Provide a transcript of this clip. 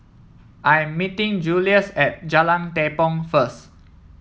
I'm meeting Julious at Jalan Tepong first